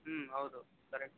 ಹ್ಞೂ ಹೌದು ಕರೆಕ್ಟು